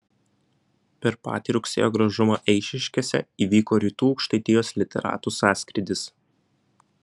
per patį rugsėjo gražumą eišiškėse įvyko rytų aukštaitijos literatų sąskrydis